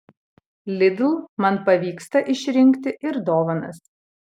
lidl man pavyksta išrinkti ir dovanas